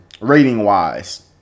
rating-wise